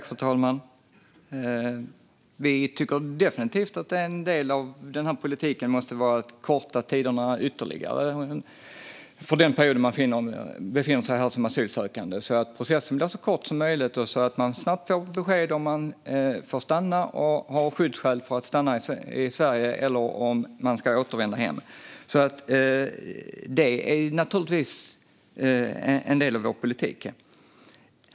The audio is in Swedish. Fru talman! Vi tycker definitivt att en del av politiken måste vara att ytterligare korta ned den period man befinner sig här som asylsökande så att processen blir så kort som möjligt och man snabbt får besked om man har skyddsskäl och får stanna i Sverige eller ska återvända hem. Detta är naturligtvis en del av vår politik.